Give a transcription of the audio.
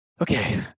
Okay